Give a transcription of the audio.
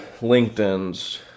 LinkedIn's